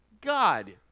God